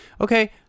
okay